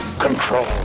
Control